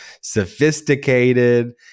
sophisticated